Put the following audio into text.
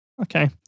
okay